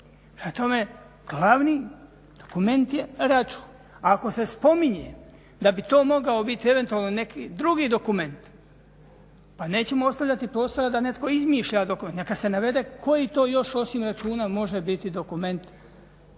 tome, glavni dokument je račun. Ako se spominje da bi to mogao biti eventualno neki drugi dokument pa nećemo ostavljati prostora da netko izmišlja. Neka se navede koji to još osim računa može biti dokument